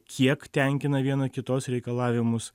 kiek tenkina viena kitos reikalavimus